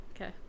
Okay